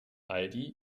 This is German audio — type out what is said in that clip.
aldi